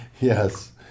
Yes